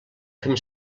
fem